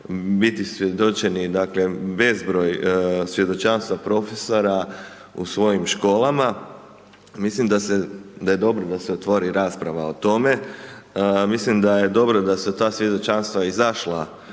biti svjedočeni, dakle bezbroj svjedočanstva profesora u svojim školama. Mislim da je dobro da se otvori rasprava o tome. Mislim da je dobro da su ta svjedočanstva izašla